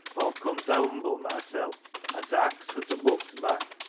aw've come ta humble mysel' an' ta ax for t'books back,